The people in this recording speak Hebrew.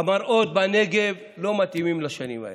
המראות בנגב לא מתאימים לשנים האלו.